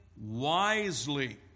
wisely